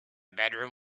bedroom